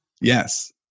yes